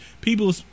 people